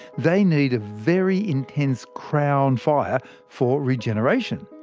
they need a very intense crown fire for regeneration.